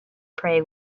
prey